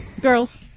girls